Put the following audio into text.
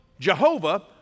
Jehovah